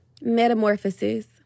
Metamorphosis